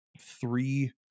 three